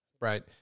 Right